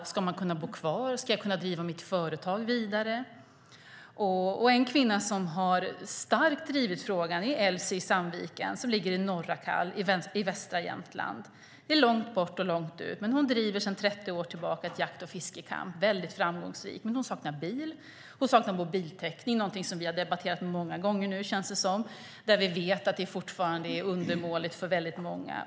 Ska man kunna bo kvar? Ska jag kunna driva mitt företag vidare? En kvinna som har drivit frågan starkt är Elsie i Sandviken som ligger i norra Kall i västra Jämtland. Det är långt bort och långt ut. Där driver hon sedan 30 år tillbaka en jakt och fiskecamp väldigt framgångsrikt, men hon saknar bil. Hon saknar mobiltäckning - någonting som vi har debatterat många gånger, känns det som. Vi vet att det fortfarande är undermåligt för väldigt många.